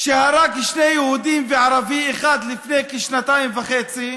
שהרג שני יהודים וערבי אחד לפני כשנתיים וחצי.